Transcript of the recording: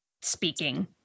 speaking